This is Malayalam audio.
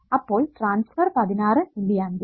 അപ്പോൾ ട്രാൻസ്ഫർ പതിനാറു മില്ലിയാമ്പ്